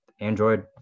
android